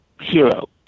hero